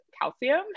calcium